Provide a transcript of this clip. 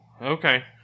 Okay